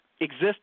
exist